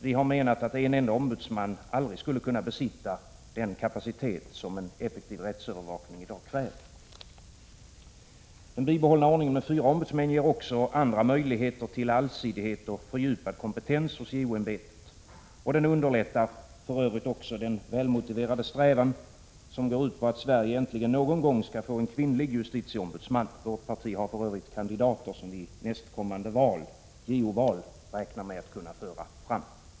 Vi har menat att en enda ombudsman aldrig skulle kunna besitta den kapacitet som en effektiv rättsövervakning i dag kräver. Den bibehållna ordningen med fyra ombudsmän ger också andra möjligheter till allsidighet och fördjupad kompetens hos JO-ämbetet. Den underlättar också den välmotiverade strävan som går ut på att Sverige äntligen någon gång skall få en kvinnlig justitieombudsman. Vårt parti har för övrigt kandidater, som vi räknar med att i nästkommande JO-val kunna föra fram.